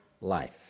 life